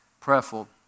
prayerful